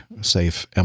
safe